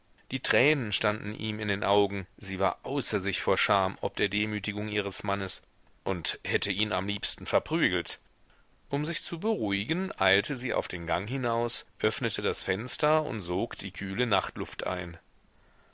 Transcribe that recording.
die tränen standen ihm in den augen sie war außer sich vor scham ob der demütigung ihres mannes und hätte ihn am liebsten verprügelt um sich zu beruhigen eilte sie auf den gang hinaus öffnete das fenster und sog die kühle nachtluft ein